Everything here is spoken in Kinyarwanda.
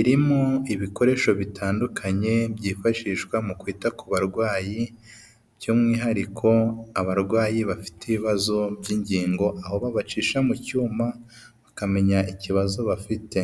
irimo ibikoresho bitandukanye byifashishwa mu kwita ku barwayi by'umwihariko abarwayi bafite ibibazo by'ingingo, aho babacisha mu cyuma bakamenya ikibazo bafite.